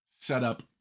setup